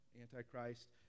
Antichrist